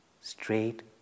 straight